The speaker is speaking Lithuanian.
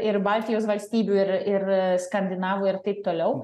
ir baltijos valstybių ir ir skandinavų ir taip toliau